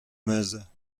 meuse